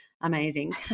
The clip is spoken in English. amazing